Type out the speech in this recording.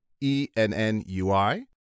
E-N-N-U-I